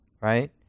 Right